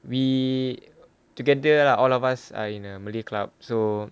we together lah all of us are in a malay club so